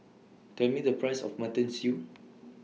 Tell Me The Price of Mutton Stew